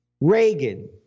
Reagan